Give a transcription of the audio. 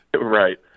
Right